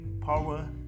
power